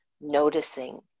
noticing